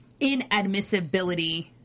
inadmissibility